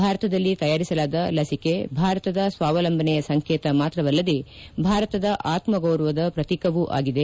ಭಾರತದಲ್ಲಿ ತಯಾರಿಸಲಾದ ಲಸಿಕೆ ಭಾರತದ ಸ್ವಾವಲಂಬನೆ ಸಂಕೇತ ಮಾತ್ರವಲ್ಲದೇ ಭಾರತದ ಆತ್ಮಗೌರವದ ಪ್ರತೀಕವು ಆಗಿದೆ